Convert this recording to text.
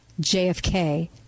JFK